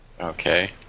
Okay